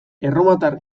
erromatar